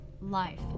life